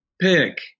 pick